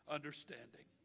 Understanding